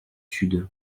sud